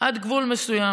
עד גבול מסוים.